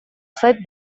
zait